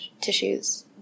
tissues